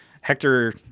Hector